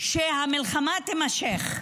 שהמלחמה תימשך.